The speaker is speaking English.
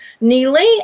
Neely